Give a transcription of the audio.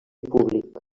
públic